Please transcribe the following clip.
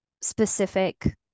specific